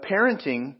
parenting